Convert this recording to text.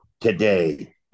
today